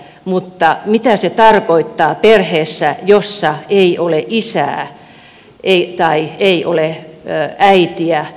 mutta mitä se tarkoittaa perheessä jossa ei ole isää tai ei ole äitiä